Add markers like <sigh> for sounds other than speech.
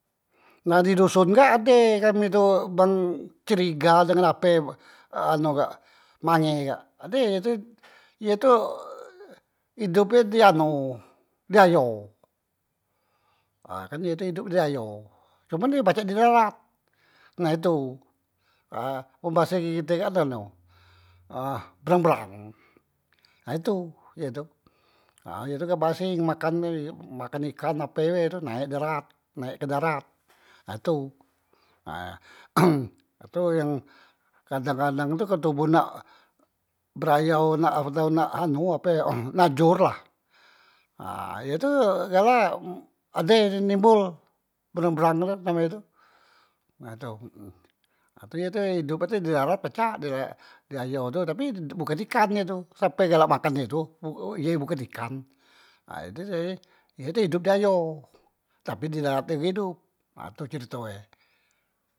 Nah di doson kak ade kami tu bang curiga dengan ape ee anu kak mange kak ade ye tu ye tu e edop e di anu di ayo ha kan ye tu edop e di ayo cuman ye pacak di darat nah itu aa men base kite kak anu ah berang- berang ha itu ye tu nah ye tu kak baseng makan <unintelligible> makan ikan ape be e tu naik darat, naik ke darat nah tu nah <noise> itu yang kadang- kadang tu kan tobo nak berayau nak atau nak anu ape najur lah, ha ye tu galak ade ye tu nembol berang- berang tu name e tu nah tu heeh nah tu ye tu edop e tu di darat pacak di ayo tu tapi bukan ikan ye tu sape galak makan ye tu e ye bukan ikan, nah itu jadi ye edop di ayo tapi di darat be hidop, nah tu cerito e.